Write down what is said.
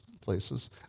places